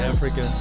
Africa